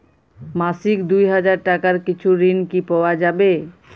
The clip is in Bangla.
মাসিক দুই হাজার টাকার কিছু ঋণ কি পাওয়া যাবে?